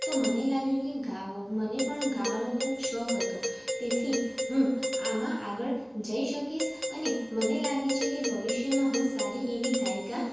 તો મને લાગ્યું કે ગાવુ મને પણ ગાવાનો ખૂબ શોખ હતો તેથી હું આમાં આગળ જઈ શકીશ અને મને લાગે છે કે હું ભવિષ્યમાં સારી એવી ગાયિકા